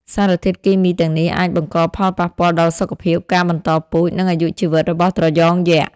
សារធាតុគីមីទាំងនេះអាចបង្កផលប៉ះពាល់ដល់សុខភាព ការបន្តពូជ និងអាយុជីវិតរបស់ត្រយងយក្ស។